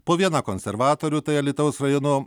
po vieną konservatorių tai alytaus rajono